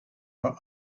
for